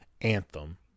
anthem